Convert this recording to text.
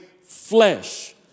flesh